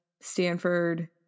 Stanford